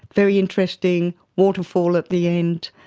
very interesting, waterfall at the end.